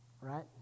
right